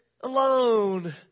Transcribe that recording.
alone